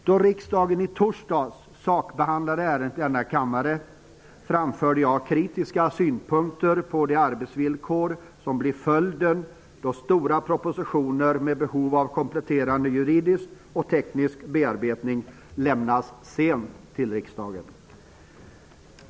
Då riksdagen i torsdags sakbehandlade ärendet här i kammaren framförde jag kritiska synpunkter på de arbetsvillkor som blir följden då stora propositioner med behov av kompletterande juridisk och teknisk bearbetning lämnas sent till riksdagen.